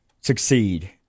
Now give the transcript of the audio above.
succeed